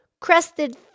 crested